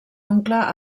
oncle